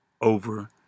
over